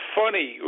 funny